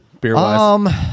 beer-wise